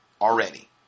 already